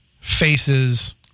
faces